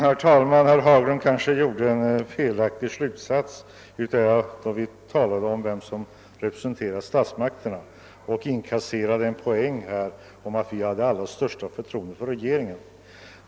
Herr talman! Herr Haglund drog nog en felaktig slutsats när vi talade om vem som representerar statsmakterna, och han försökte inkassera en poäng genom att säga att vi tydligen hade det allra största förtroende för regeringen.